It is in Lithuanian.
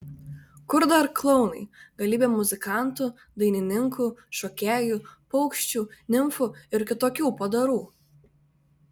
kur dar klounai galybė muzikantų dainininkų šokėjų paukščių nimfų ir kitokių padarų